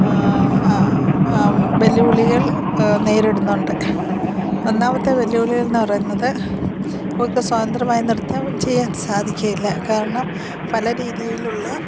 വെല്ലുവിളികൾ നേരിടുന്നുണ്ട് ഒന്നാമത്തെ വെല്ലുവിളികൾ എന്ന് പറയുന്നത് ഓൾക്ക് സ്വതന്ത്രമായി നൃത്തം ചെയ്യാൻ സാധിക്കുകയില്ല കാരണം പലരീതിയിലുള്ള